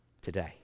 today